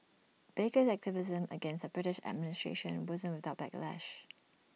baker's activism against the British administration wasn't without backlash